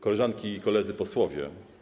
Koleżanki i Koledzy Posłowie!